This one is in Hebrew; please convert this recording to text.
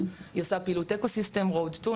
אבל היא עושה פעילות אקו סיסטם 'road 2',